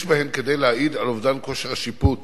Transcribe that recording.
יש בהן כדי להעיד על אובדן כושר השיפוט